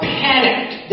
panicked